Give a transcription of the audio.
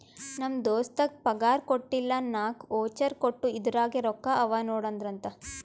ನಮ್ ದೋಸ್ತಗ್ ಪಗಾರ್ ಕೊಟ್ಟಿಲ್ಲ ನಾಕ್ ವೋಚರ್ ಕೊಟ್ಟು ಇದುರಾಗೆ ರೊಕ್ಕಾ ಅವಾ ನೋಡು ಅಂದ್ರಂತ